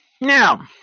Now